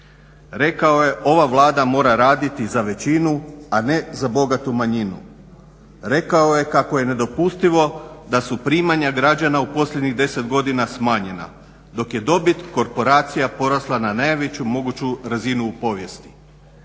Rekao je ova Vlada mora raditi za većinu, a ne za bogatu manjinu. Rekao je kako je nedopustivo da su primanja građana u posljednjih 10 godina smanjena dok je dobit korporacija porasla na najveću moguću razinu u povijesti.